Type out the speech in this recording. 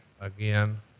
again